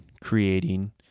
creating